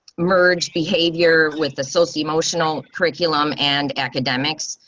merge behavior with associate emotional curriculum and academics,